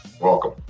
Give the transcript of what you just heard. welcome